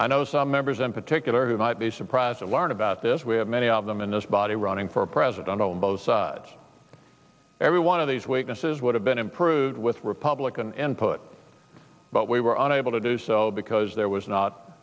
i know some members in particular who might be surprised to learn about this we have many of them in this body running for president on both sides every one of these witnesses would have been improved with republican input but we were unable to do so because there was not